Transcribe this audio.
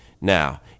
Now